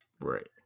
Right